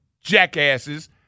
jackasses